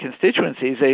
constituencies